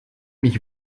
mich